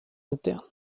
interne